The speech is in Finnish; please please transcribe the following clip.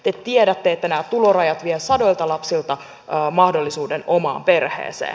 te tiedätte että nämä tulorajat vievät sadoilta lapsilta mahdollisuuden omaan perheeseen